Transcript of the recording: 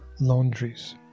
laundries